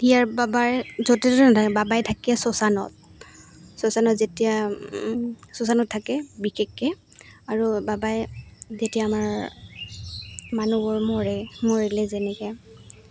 বাবাই য'তে ত'তে নাথাকে বাবাই থাকে শাশনত শাশনত যেতিয়া শাশনত থাকে বিশেষকৈ আৰু বাবাই যেতিয়া আমাৰ মানুহবোৰ মৰে মৰিলে যেনেকৈ